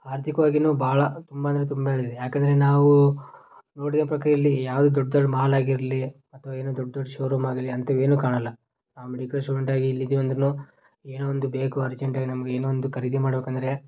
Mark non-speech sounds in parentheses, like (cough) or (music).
ಆರ್ಥಿಕವಾಗಿಯೂ ಭಾಳ ತುಂಬ ಅಂದರೆ ತುಂಬ (unintelligible) ಯಾಕಂದ್ರೆ ನಾವು ನೋಡಿರೋ ಪ್ರಕಾರ ಇಲ್ಲಿ ಯಾವ ದೊಡ್ಡ ದೊಡ್ಡ ಮಾಲಾಗಿರಲಿ ಅಥವಾ ಏನು ದೊಡ್ಡ ದೊಡ್ಡ ಶೋರೂಮಾಗಿರಲಿ ಅಂಥವೇನೂ ಕಾಣೋಲ್ಲ ನಾನು ಮೆಡಿಕಲ್ ಸ್ಟೂಡೆಂಟಾಗಿ ಇಲ್ಲಿದೀವಿ ಅಂದ್ರು ಏನೋ ಒಂದು ಬೇಕು ಅರ್ಜೆಂಟಾಗಿ ನಮ್ಗೆ ಏನೋ ಒಂದು ಖರೀದಿ ಮಾಡಬೇಕಂದ್ರೆ